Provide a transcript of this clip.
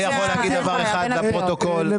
אני יכול להגיד דבר אחד לפרוטוקול, אני אגיד ככה.